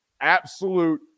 Absolute